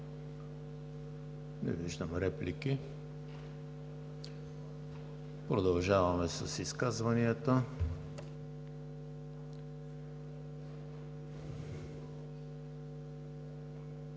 Не виждам. Продължаваме с изказванията.